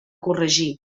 corregir